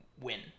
win